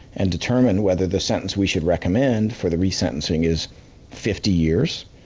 and determine whether the sentence we should recommend for the re-sentencing is fifty years,